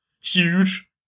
huge